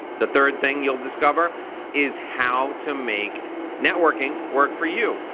the third thing you'll discover is how to make networking work for you.